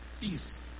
peace